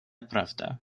pravda